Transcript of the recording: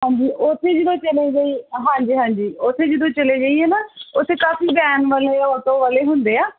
ਹਾਂਜੀ ਉੱਥੇ ਜਿੱਦਾਂ ਚਲੇ ਗਏ ਹਾਂਜੀ ਹਾਂਜੀ ਉੱਥੇ ਜਦੋਂ ਚਲੇ ਜਾਈਏ ਨਾ ਉੱਥੇ ਕਾਫ਼ੀ ਵੈਨ ਵਾਲੇ ਆਟੋ ਵਾਲੇ ਹੁੰਦੇ ਆ